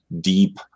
deep